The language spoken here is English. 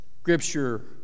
scripture